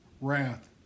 wrath